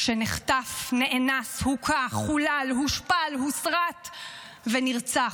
שנחטף, נאנס, הוכה, חולל, הושפל, הוסרט ונרצח.